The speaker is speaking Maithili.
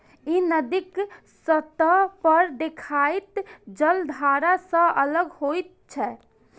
ई नदीक सतह पर देखाइत जलधारा सं अलग होइत छै